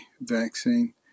vaccine